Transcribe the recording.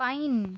pine